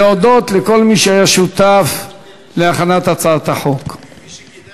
אם כן, הצעת חוק הגנת הצרכן (תיקון